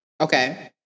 Okay